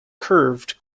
curved